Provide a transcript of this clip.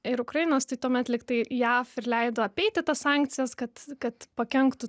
ir ukrainos tai tuomet lygtai jav ir leido apeiti tas sankcijas kad kad pakenktų